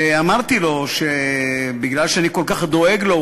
אמרתי לו שבגלל שאני כל כך דואג לו,